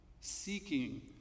seeking